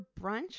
brunch